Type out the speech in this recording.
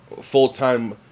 full-time